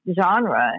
genre